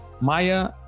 Maya